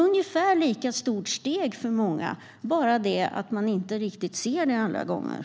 Det är bara det att man inte riktigt ser det alla gånger.